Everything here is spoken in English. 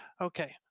Okay